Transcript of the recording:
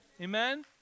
Amen